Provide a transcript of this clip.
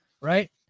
Right